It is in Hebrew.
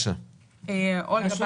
אולגה